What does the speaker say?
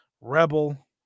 Rebel